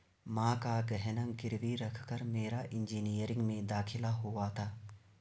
मां का गहना गिरवी रखकर मेरा इंजीनियरिंग में दाखिला हुआ था